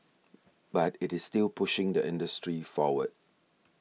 but it is still pushing the industry forward